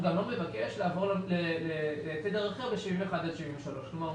הוא גם לא מבקש לעבור לתדר אחר ב-71 עד 73. כלומר,